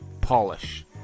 polish